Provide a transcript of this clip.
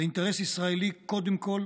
זה אינטרס ישראלי קודם כול,